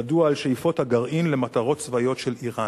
ידוע על שאיפות הגרעין למטרות צבאיות של אירן.